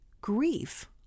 grief